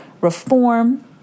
reform